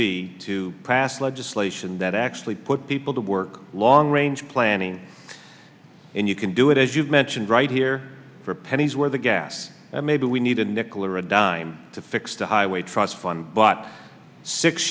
be to pass legislation that actually put people to work long range planning and you can do it as you've mentioned right here for pennies where the gas that maybe we need a nickel or a dime to fix the highway trust fund but six